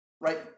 right